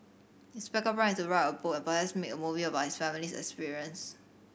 his backup plan is to write a book and perhaps make a movie about his family's experience